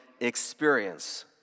experience